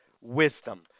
wisdom